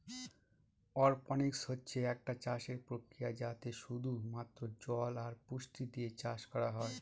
অরপনিক্স হচ্ছে একটা চাষের প্রক্রিয়া যাতে শুধু মাত্র জল আর পুষ্টি দিয়ে চাষ করা হয়